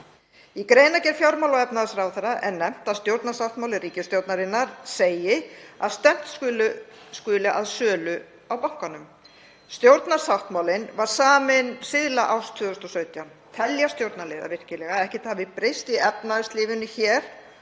Í greinargerð fjármála- og efnahagsráðherra er nefnt að stjórnarsáttmáli ríkisstjórnarinnar segi að stefnt skuli að sölu á bankanum. Stjórnarsáttmálinn var saminn síðla árs 2017. Telja stjórnarliðar virkilega að ekkert hafi breyst í efnahagslífinu hér